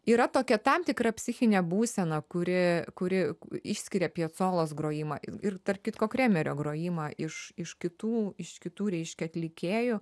yra tokia tam tikra psichinė būsena kuri kuri išskiria piecolos grojimą ir ir tarp kitko kremerio grojimą iš iš kitų iš kitų reiškia atlikėjų